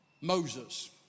Moses